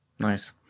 nice